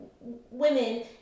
women